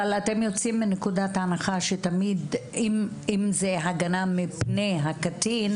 אבל אתם יוצאים מנקודת הנחה שאם זו הגנה מפני הקטין,